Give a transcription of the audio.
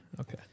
okay